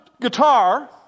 guitar